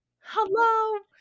Hello